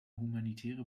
humanitäre